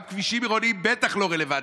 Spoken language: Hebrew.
גם כבישים עירוניים בטח לא רלוונטי.